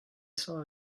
saw